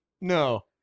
No